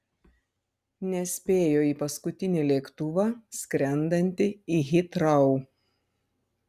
nespėjo į paskutinį lėktuvą skrendantį į hitrou